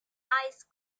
ice